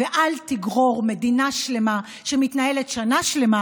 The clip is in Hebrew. ואל תגרור מדינה שלמה שמתנהלת שנה שלמה